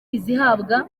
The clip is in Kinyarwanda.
izihabwa